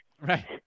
Right